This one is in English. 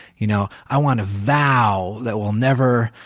you know i want a vow that will never,